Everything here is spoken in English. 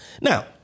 Now